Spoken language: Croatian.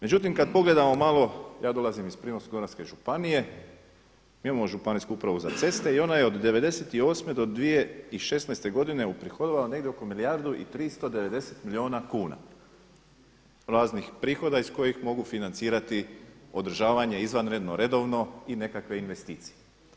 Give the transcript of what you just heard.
Međutim, kada pogledamo malo, ja dolazim iz Primorsko-goranske županije, mi imamo Županijsku upravu za ceste i ona je od '98. do 2016. godine uprihodovala negdje oko milijardu i 390 milijuna kuna raznih prihoda iz kojih mogu financirati održavanje izvanredno, redovno i nekakve investicije.